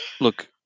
look –